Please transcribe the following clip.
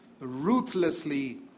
ruthlessly